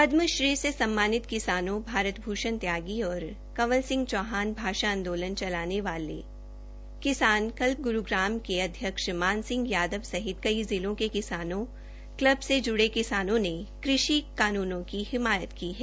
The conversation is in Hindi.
पदमश्री से सम्मानित किसानों भारत भूषण त्यागी और कंवल सिंह चौहान भाषा आंदोलन चलाले वाले प्रस्पेन्द्र किसान कल्ब ग्रूग्राम के अध्यक्ष मान सिंह यादव सहित कई जिलों के किसानों कल्ब से ज्ञे किसानों ने कृषि कानूनों की हिमायत की है